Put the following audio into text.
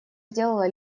сделала